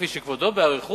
כפי שהסביר כבודו באריכות,